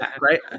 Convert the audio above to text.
right